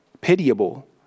pitiable